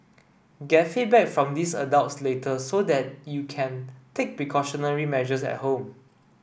get feedback from these adults later so that you can take precautionary measures at home